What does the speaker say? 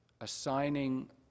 assigning